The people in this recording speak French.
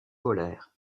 polaire